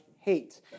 hate